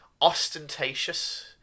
ostentatious